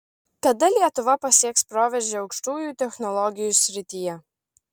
kada lietuva pasieks proveržį aukštųjų technologijų srityje